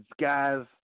guys